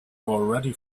already